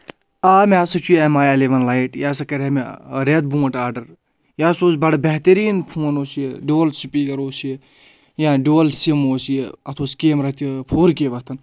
آ مےٚ ہَسا چھُ ایم آی ایلیوَن لایِٹ یہِ ہَسا کَرِہے مےٚ رؠتھ برٛونٛٹھ آرڈَر یہِ ہَسا اوس بَڑٕ بہتریٖن فون اوس یہِ ڈُویل سپیٖکَر اوس یہِ یا ڈُویل سِم اوس یہِ اَتھ اوس کیمرہ تہِ فور کے وۄتھَان